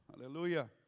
Hallelujah